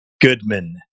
Goodman